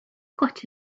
got